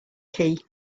key